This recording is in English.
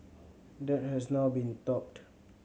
that has now been topped